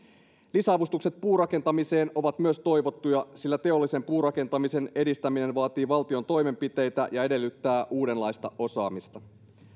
lisäavustukset puurakentamiseen ovat myös toivottuja sillä teollisen puurakentamisen edistäminen vaatii valtion toimenpiteitä ja edellyttää uudenlaista osaamista